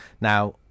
Now